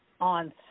on